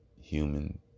human